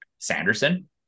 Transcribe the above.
Sanderson